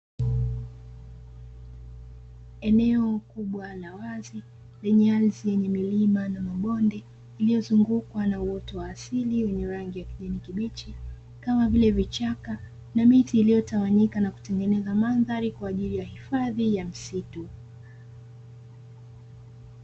Eneo kubwa la wazi lenye ardhi yenye milima na mabonde, iliyozungukwa na uoto wa asili wenye rangi ya kijani, kibichi kama vile vichaka na miti iliyotawanyika na kutengeneza mandhari kwa ajili ya hifadhi ya msitu.